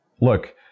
look